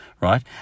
right